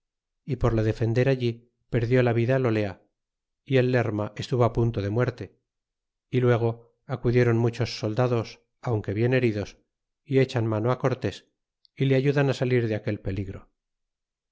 y por le defender allí perdió la vida el olea y el lerma estuvo á punto de muerte y luego acudieron muchos soldados aunque bien heridos y echan mano á cortes y le ayudan á salir de aquel peligro